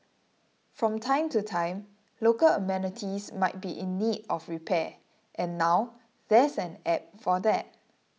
from time to time local amenities might be in need of repair and now there's an app for that